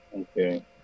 okay